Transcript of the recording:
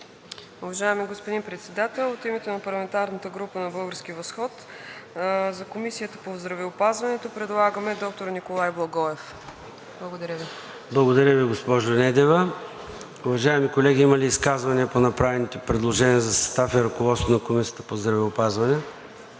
Уважаеми господин Председател, от името на парламентарната група на „Български възход“ за Комисията по здравеопазването предлагаме доктор Николай Благоев. Благодаря Ви. ПРЕДСЕДАТЕЛ ЙОРДАН ЦОНЕВ: Благодаря Ви, госпожо Недева. Уважаеми колеги, има ли изказвания по направените предложения за състав и ръководство на Комисията по здравеопазване?